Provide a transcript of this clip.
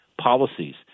policies